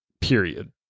period